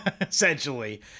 essentially